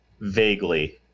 Vaguely